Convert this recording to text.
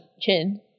chin